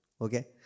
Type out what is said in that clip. Okay